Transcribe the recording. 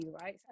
right